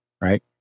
right